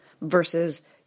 versus